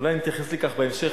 אולי נתייחס לכך בהמשך.